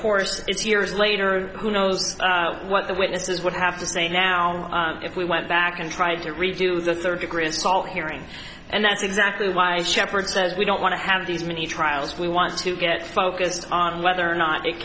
course it's years later who knows what the witnesses would have to say now if we went back and tried to redo the third degree assault hearing and that's exactly why shepard says we don't want to have these many trials we want to get focused on whether or not it